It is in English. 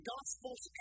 Gospels